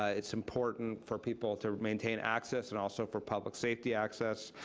ah it's important for people to maintain access and also for public safety access,